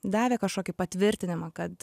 davė kažkokį patvirtinimą kad